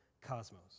cosmos